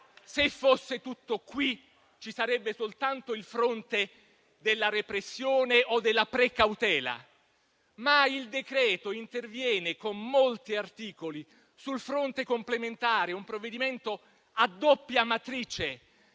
se fosse tutto qui, ci sarebbe soltanto il fronte della repressione o della precautela, ma il decreto-legge interviene con molti articoli sul fronte complementare. È un provvedimento a doppia matrice,